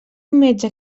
metge